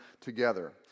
together